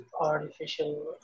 artificial